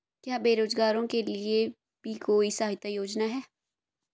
क्या बेरोजगारों के लिए भी कोई सहायता योजना है?